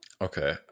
Okay